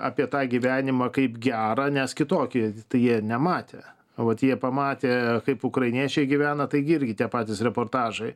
apie tą gyvenimą kaip gerą nes kitokį jie nematė ot jie pamatė kaip ukrainiečiai gyvena taigi irgi tie patys reportažai